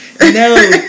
No